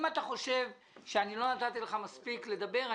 אם אתה חושב שלא נתתי לך מספיק לדבר,